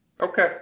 Okay